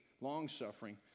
long-suffering